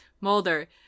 Mulder